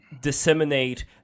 disseminate